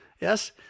Yes